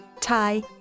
Thai